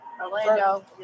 Orlando